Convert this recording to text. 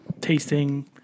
tasting